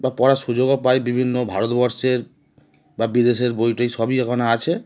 বা পড়ার সুযোগও পায় বিভিন্ন ভারতবর্ষের বা বিদেশের বইটই সবই এখানে আছে